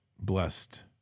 blessed